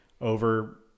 over